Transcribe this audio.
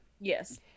Yes